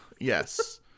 Yes